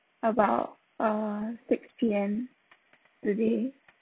about uh six P_M today